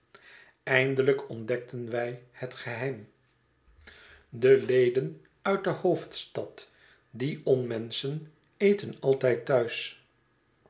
eindelijk ontdekten wij het geheim de leden parlements portretten i uit de hoofdstad die onmenschen eten altijd thuis